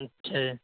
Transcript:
اچھا